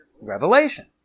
Revelation